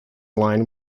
line